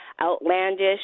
outlandish